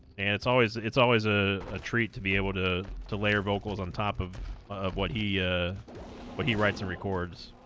and it's always it's always a ah treat to be able to to layer vocals on top of of what he what he writes and records